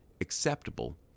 acceptable